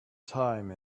time